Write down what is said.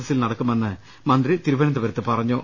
എസിൽ നടക്കുമെന്ന് മന്ത്രി തിരുവനന്തപുരത്ത് പറഞ്ഞു